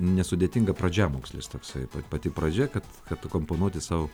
nesudėtinga pradžiamokslis toksai pati pradžia kad kad tu komponuoti sau